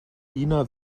ina